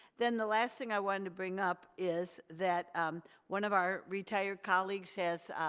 then the last thing i wanted to bring up is that one of our retired colleagues has